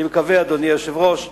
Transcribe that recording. אני מקווה, אדוני היושב-ראש,